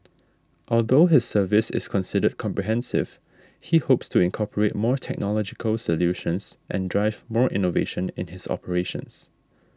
although his service is considered comprehensive he hopes to incorporate more technological solutions and drive more innovation in his operations